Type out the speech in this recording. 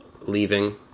leaving